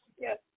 yes